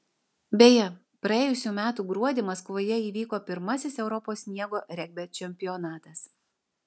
beje praėjusių metų gruodį maskvoje įvyko pirmasis europos sniego regbio čempionatas